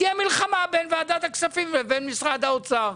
תהיה מלחמה בין ועדת הכספים למשרד האוצר.